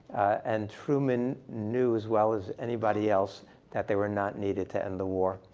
and truman knew as well as anybody else that they were not needed to end the war.